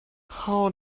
how